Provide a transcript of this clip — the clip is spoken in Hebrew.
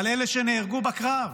על אלה שנהרגו בקרב.